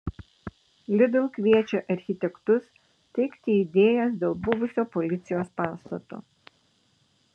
lidl kviečia architektus teikti idėjas dėl buvusio policijos pastato